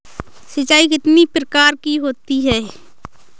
सिंचाई कितनी प्रकार की होती हैं?